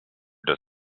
does